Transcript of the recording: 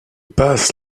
passe